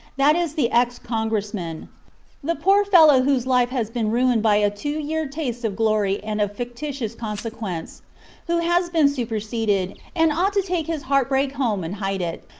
that is the ex-congressman the poor fellow whose life has been ruined by a two-year taste of glory and of fictitious consequence who has been superseded, and ought to take his heartbreak home and hide it,